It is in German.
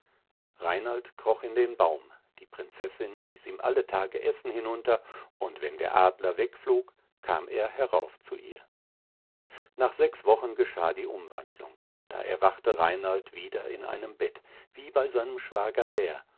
reinald kroch in den baum die prinzessin ließ ihm alle tage essen hinunter und wenn der adler wegflog kam er herauf zu ihr nach sechs wochen geschah die umwandlung da erwachte reinald wieder in einem bett wie bei seinem schwager bär